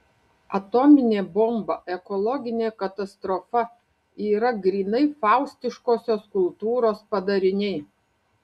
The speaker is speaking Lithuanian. atominė bomba ekologinė katastrofa yra grynai faustiškosios kultūros padariniai